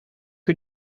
you